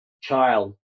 child